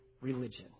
religion